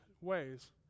ways